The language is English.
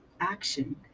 action